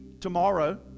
tomorrow